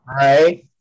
Right